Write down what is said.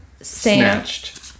snatched